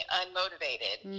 unmotivated